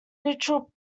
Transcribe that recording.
neutral